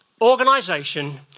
organization